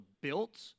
built